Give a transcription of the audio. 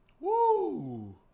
Woo